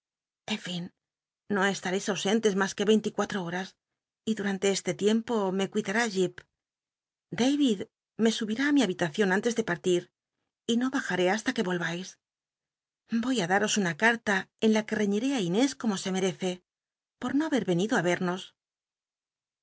no estareis ausentes mas que veinticuallo id horas y durante ese tiempo me cuidará jip day me subirá á mi hahitaciou antes de partir y no bajaré hasla que vol vais voy á daros una carla en la que reñiré á inés como se meece por no haber venido á y ernos